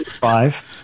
five